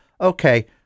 okay